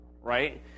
right